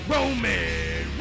Roman